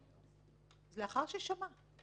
זה לאחר ששמע.